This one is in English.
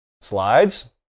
slides